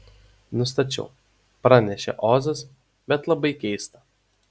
nustačiau pranešė ozas bet labai keista